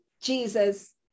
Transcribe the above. Jesus